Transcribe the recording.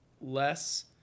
less